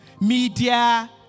media